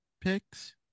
picks